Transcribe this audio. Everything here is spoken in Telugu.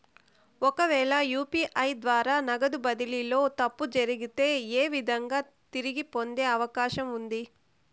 ఒకవేల యు.పి.ఐ ద్వారా నగదు బదిలీలో తప్పు జరిగితే, ఏ విధంగా తిరిగి పొందేకి అవకాశం ఉంది?